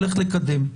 הולך לקדם.